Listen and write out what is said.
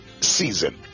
season